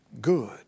good